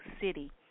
City